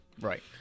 Right